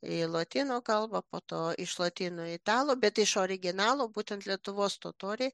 į lotynų kalbą po to iš lotynų į italų bet iš originalo būtent lietuvos totoriai